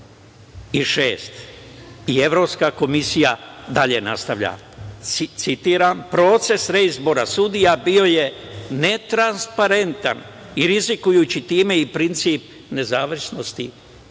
96. I Evropska komisija dalje nastavlja, citiram – proces reizbora sudija bio je netransparentan i rizikujući time i princip nezavisnosti